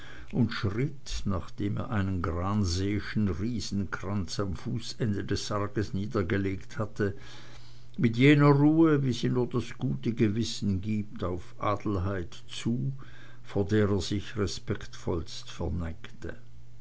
und schritt nachdem er einen granseeschen riesenkranz am fußende des sarges niedergelegt hatte mit jener ruhe wie sie nur das gute gewissen gibt auf adelheid zu vor der er sich respektvollst